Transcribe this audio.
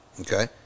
okay